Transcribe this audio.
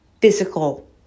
physical